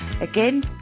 Again